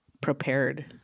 prepared